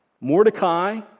Mordecai